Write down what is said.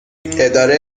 اداره